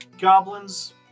goblins